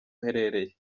uherereye